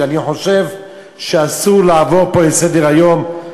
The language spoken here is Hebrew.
שאני חושב שאסור לעבור עליהן פה לסדר-היום,